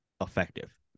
effective